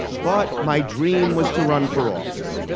but, my dream was to run for office,